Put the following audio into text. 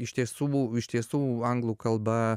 iš tiesų iš tiesų anglų kalba